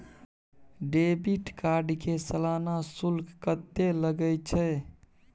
Debit card के सालाना शुल्क कत्ते लगे छै?